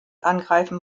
angreifen